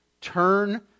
Turn